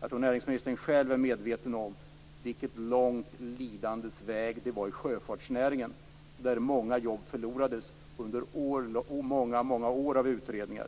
Jag tror att näringsministern själv är medveten om vilken lång lidandets väg det var i sjöfartsnäringen där många jobb förlorades under många år av utredningar.